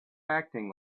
acting